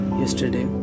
yesterday